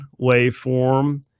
waveform